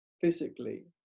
physically